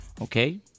Okay